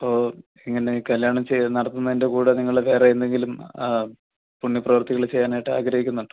ഓ ഇങ്ങനെ കല്ല്യാണം ചെയ്യുന്ന നടത്തുന്നതിൻ്റെ കൂടെ നിങ്ങൾ വേറെ എന്തെങ്കിലും ആ പുണ്യ പ്രവൃത്തികൾ ചെയ്യാനായിട്ട് ആഗ്രഹിക്കുന്നുണ്ടോ